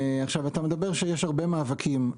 אתה אומר שיש הרבה מאבקים.